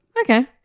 Okay